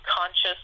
conscious